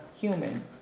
human